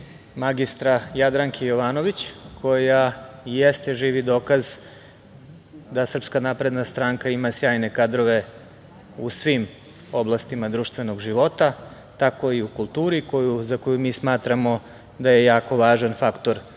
magistra Jadranke Jovanović koja i jeste živi dokaz da SNS ima sjajne kadrove u svim oblastima društvenog života, tako i u kulturi, za koju mi smatramo da je jako važan faktor